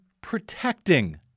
protecting